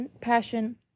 passion